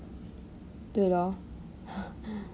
对 lor